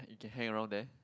you can hang around there